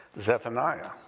Zephaniah